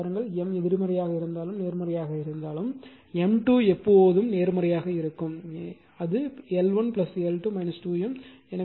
இப்போது பாருங்கள் M எதிர்மறையாக இருந்தாலும் நேர்மறையாக இருந்தாலும் M2 எப்போதும் நேர்மறையாக இருக்கும் அது L1 L2 2 M